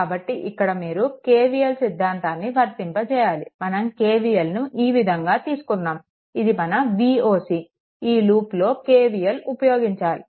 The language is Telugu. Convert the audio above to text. కాబట్టి ఇక్కడ మీరు KVL సిద్ధాంతాన్ని వర్తింపజేయాలి మనం KVLను ఈ విధంగా తీసుకున్నాము ఇది మన Voc ఈ లూప్లో KVL ఉపయోగించాలి